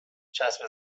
چسب